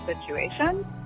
situation